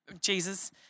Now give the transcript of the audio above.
Jesus